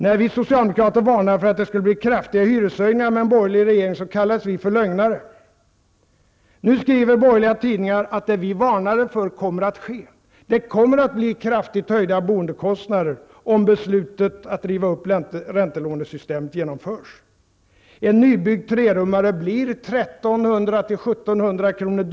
När vi socialdemokrater varnade för att det skulle bli kraftiga hyreshöjningar med en borgerlig regering, kallades vi för lögnare. Nu skriver borgerliga tidningar att det vi varnade för kommer att ske. Det kommer att bli kraftigt höjda boendekostnader, om beslutet att riva upp räntelånesystemet genomförs. En nybyggd trerummare blir 1 300--1 700 kr.